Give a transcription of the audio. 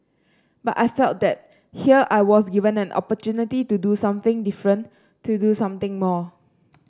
but I felt that here I was given an opportunity to do something different to do something more